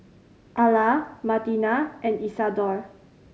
Alla Martina and Isadore